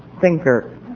thinker